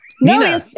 nina